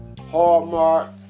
Hallmark